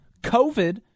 COVID